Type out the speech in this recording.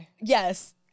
yes